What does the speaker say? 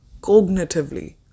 Cognitively